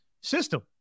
system